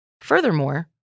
Furthermore